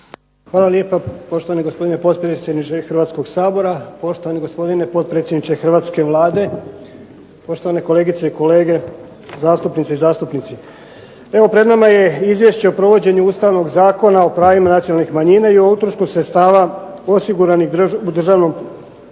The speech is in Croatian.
Hvala lijepo. Poštovani gospodine potpredsjedniče Hrvatskog sabora, poštovani gospodine potpredsjedniče hrvatske Vlade, poštovane kolegice i kolege zastupnice i zastupnici. Evo pred nama je Izvješće o provođenju Ustavnog zakona o pravima nacionalnih manjina i o utrošku sredstava osiguranih u Državnom proračunu